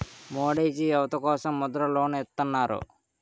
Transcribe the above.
మోడీజీ యువత కోసం ముద్ర లోన్ ఇత్తన్నారు